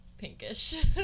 pinkish